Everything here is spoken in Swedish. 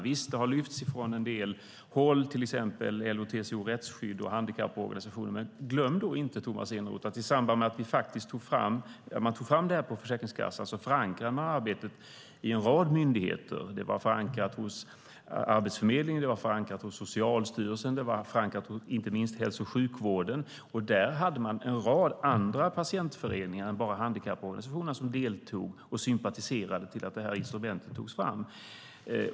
Visst, kritik har förts fram från en del håll, till exempel LO-TCO Rättsskydd och handikapporganisationer. Men glöm då inte, Tomas Eneroth, att i samband med att Försäkringskassan tog fram detta förankrade man arbetet hos en rad myndigheter. Det var förankrat hos Arbetsförmedlingen, Socialstyrelsen och inte minst hälso och sjukvården. En rad andra patientföreningar än bara handikapporganisationer deltog i och sympatiserade med att det här instrumentet togs fram.